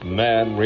man